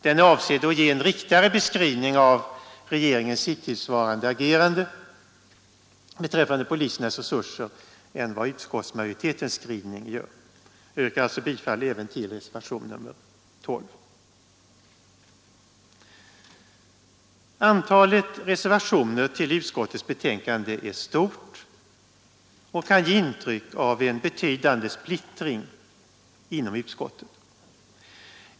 Den är avsedd att ge en riktigare beskrivning av regeringens hittillsvarande agerande beträffande polisens resurser än vad utskottsmajoritetens skrivning ger. Jag yrkar alltså bifall även till reservationen 12. Antalet reservationer vid utskottets betänkande är stort och kan ge intryck av en betydande splittring inom utskottet.